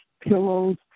pillows